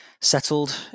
settled